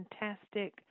fantastic